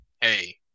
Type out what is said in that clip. hey